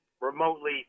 remotely